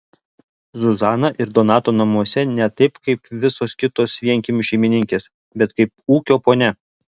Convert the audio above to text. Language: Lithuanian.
zuzana ir donato namuose ne taip kaip visos kitos vienkiemių šeimininkės bet kaip ūkio ponia